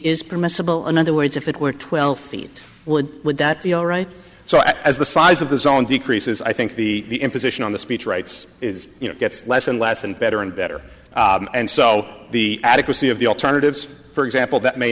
is permissible in other words if it were twelve feet would would that be all right so as the size of the zone decreases i think the imposition on the speech rights is you know gets less and less and better and better and so the adequacy of the alternatives for example that may